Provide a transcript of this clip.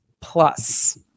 plus